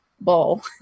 ball